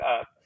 up